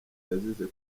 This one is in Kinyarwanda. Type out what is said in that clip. yazize